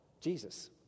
Jesus